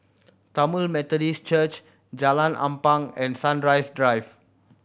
Tamil Methodist Church Jalan Ampang and Sunrise Drive